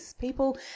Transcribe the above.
people